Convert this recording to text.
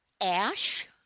Ash